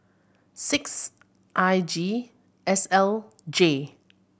six I G S L J